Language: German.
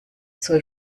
soll